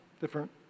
Different